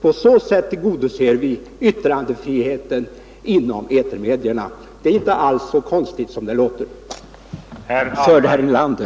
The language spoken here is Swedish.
På det sättet tillgodoser vi yttrandefriheten inom etermedierna. Detta är inte alls så konstigt som det låter för herr Nelander.